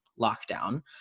lockdown